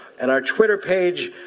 and our twitter page,